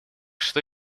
что